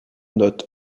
note